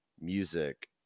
music